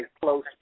close